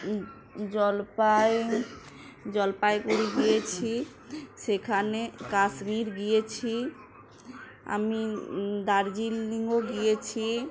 জলপাই জলপাইগড়ি গিয়েছি সেখানে কাশ্মীর গিয়েছি আমি দার্জিলিংও গিয়েছি